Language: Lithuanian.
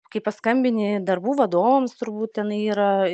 kai paskambini darbų vadovams turbūt tenai yra